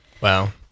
wow